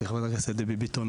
חברת הכנסת דבי ביטון,